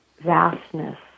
vastness